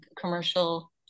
commercial